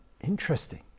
Interesting